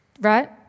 right